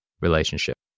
relationship